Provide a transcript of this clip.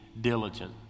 diligent